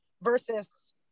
versus